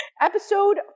Episode